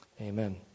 Amen